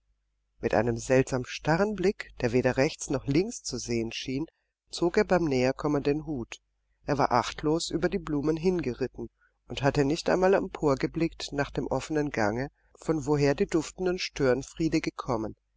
mit einem seltsam starren blick der weder rechts noch links zu sehen schien zog er beim näherkommen den hut er war achtlos über die blumen hingeritten und hatte nicht einmal emporgeblickt nach dem offenen gange von woher die duftenden störenfriede gekommen